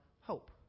hope